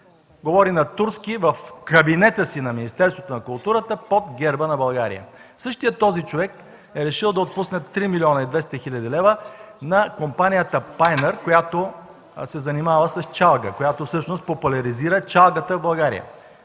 говори на турски в кабинета си на Министерството на културата под герба на България. Същият този човек е решил да отпусне 3 млн. 200 хил. лв. на компанията „Пайнер”, която се занимава с чалга, която всъщност популяризира чалгата в България.